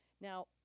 Now